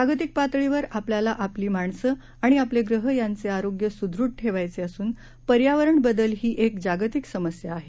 जागतिक पातळीवर आपल्याला आपली माणसं आणि आपले ग्रह यांचे आरोग्य सुदृढ ठेवायचे असून पर्यावरण बदल ही एक जागतिक समस्या आहे